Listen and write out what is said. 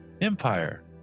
Empire